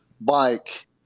bike